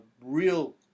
real